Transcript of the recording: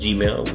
Gmail